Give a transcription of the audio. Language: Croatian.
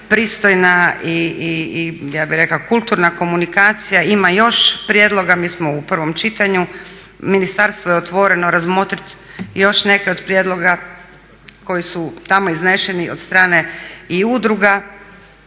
pristojna i ja bih rekla kulturna komunikacija. Ima još prijedloga, mi smo u prvom čitanju, ministarstvo je otvoreno razmotriti još neke od prijedloga koji su tamo izneseni od strane i udruga.